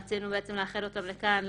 רצינו לאחד אותם לכאן,